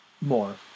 More